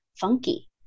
funky